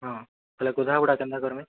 ହଁ ବେଲେ ଗଧାବୁଡ଼ା କେନ୍ତା କର୍ମି